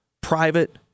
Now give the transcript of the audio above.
private